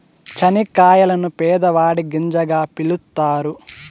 చనిక్కాయలను పేదవాడి గింజగా పిలుత్తారు